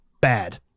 Bad